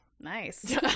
Nice